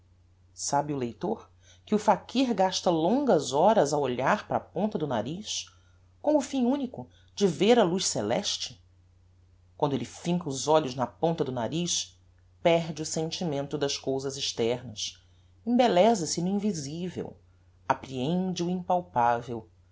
sabe o leitor que o fakir gasta longas horas a olhar para a ponta do nariz com o fim unico de ver a luz celeste quando elle finca os olhos na ponta do nariz perde o sentimento das cousas externas embelleza se no invisivel apprehende o impalpavel